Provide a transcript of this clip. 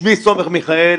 שמי סומך מיכאל,